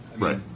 Right